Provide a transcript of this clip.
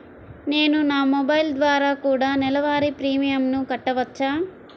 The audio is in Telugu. నేను నా మొబైల్ ద్వారా కూడ నెల వారి ప్రీమియంను కట్టావచ్చా?